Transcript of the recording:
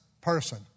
person